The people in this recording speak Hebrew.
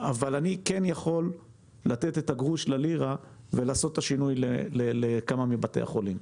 אבל אני כן יכול לתת את הגרוש ללירה ולעשות את השינוי לכמה מבתי החולים.